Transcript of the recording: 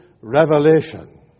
revelation